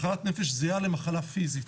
מחלת נפש זהה למחלה פיזית.